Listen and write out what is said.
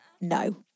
No